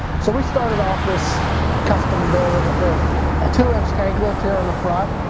so, we started off this custom build with a two inch tank lift here in the front.